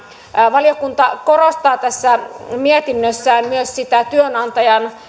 valiokunta korostaa tässä mietinnössään myös sitä työnantajan